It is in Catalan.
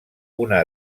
una